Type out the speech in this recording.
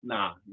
Nah